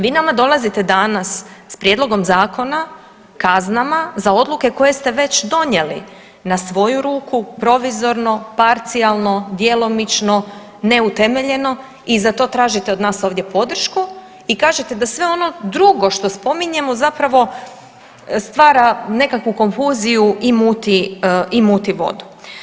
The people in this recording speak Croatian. Vi nama dolazite danas s prijedlogom zakona, kaznama, za odluke koje ste već donijeli na svoju ruku, provizorno, parcijalno, djelomično, neutemeljeno i za to tražite od nas ovdje podršku i kažete da sve ono drugo što spominjemo zapravo stvara nekakvu konfuziju i muti vodu.